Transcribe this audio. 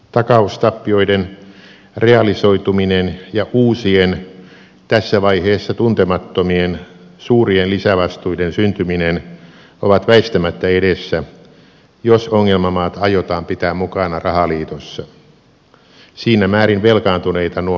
takaustappioiden realisoituminen ja uusien tässä vaiheessa tuntemattomien suurien lisävastuiden syntyminen ovat väistämättä edessä jos ongelmamaat aiotaan pitää mukana rahaliitossa siinä määrin velkaantuneita nuo maat ovat